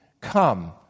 come